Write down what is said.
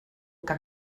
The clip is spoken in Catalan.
que